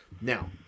Now